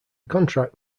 contract